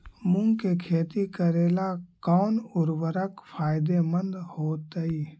मुंग के खेती करेला कौन उर्वरक फायदेमंद होतइ?